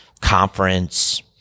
conference